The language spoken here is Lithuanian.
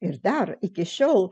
ir dar iki šiol